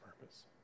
purpose